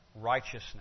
righteousness